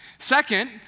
Second